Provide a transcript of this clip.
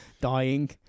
dying